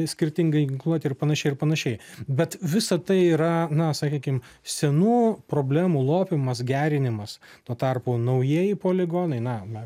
skirtingai ginkluotei ir panašiai ir panašiai bet visa tai yra na sakykim senų problemų lopymas gerinimas tuo tarpu naujieji poligonai na na